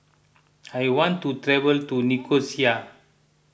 I want to travel to Nicosia